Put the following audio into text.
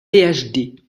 phd